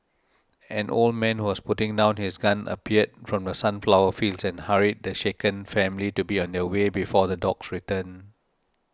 an old man who was putting down his gun appeared from the sunflower fields and hurried the shaken family to be on their way before the dogs return